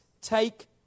take